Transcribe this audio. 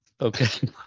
Okay